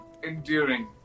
Enduring